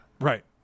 Right